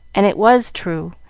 and it was true,